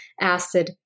acid